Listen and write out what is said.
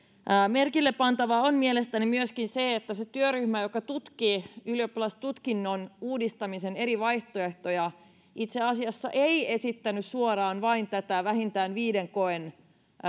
merkille pantavaa on mielestäni myöskin se että se työryhmä joka tutkii ylioppilastutkinnon uudistamisen eri vaihtoehtoja itse asiassa ei esittänyt suoraan vain tätä vähintään viiden kokeen